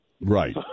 Right